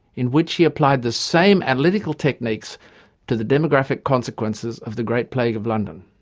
in which he applied the same analytical techniques to the demographic consequences of the great plague of london.